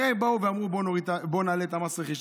הרי הם באו ואמרו: בואו נעלה את מס הרכישה.